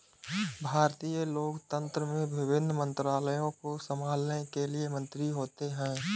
भारतीय लोकतंत्र में विभिन्न मंत्रालयों को संभालने के लिए मंत्री होते हैं